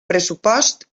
pressupost